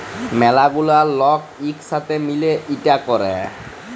ম্যালা গুলা লক ইক সাথে মিলে ইটা ক্যরে